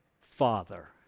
Father